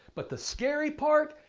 but, the scary part?